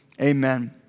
amen